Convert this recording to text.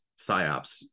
psyops